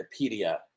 Wikipedia